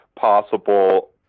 possible